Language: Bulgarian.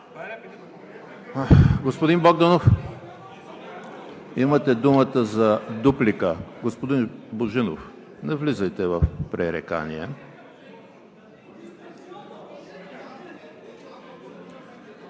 Господин Богданов, имате думата за дуплика. Господин Божинов, не влизайте в пререкания.